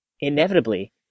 inevitably